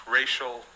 racial